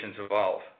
evolve